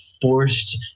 forced